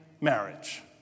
marriage